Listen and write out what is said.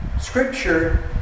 scripture